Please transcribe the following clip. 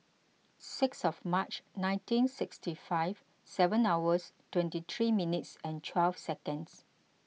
six of March nineteen sixty five seven hours twenty three minutes and twelve seconds